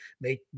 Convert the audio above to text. make